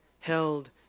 held